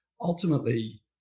ultimately